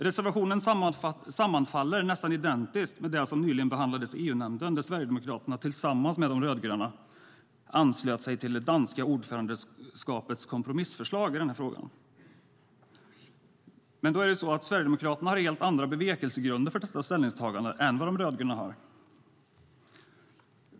Reservationen sammanfaller nästan identiskt med det som nyligen behandlades i EU-nämnden, där Sverigedemokraterna, tillsammans med de rödgröna, anslöt sig till det danska ordförandeskapets kompromissförslag i frågan. Men Sverigedemokraterna har helt andra bevekelsegrunder för detta ställningstagande än vad de rödgröna har.